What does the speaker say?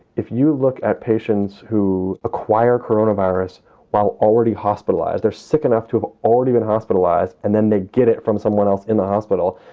if you look at patients who acquire coronavirus coronavirus while already hospitalized, they're sick enough to have already been hospitalized and then they get it from someone else in the hospital.